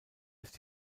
ist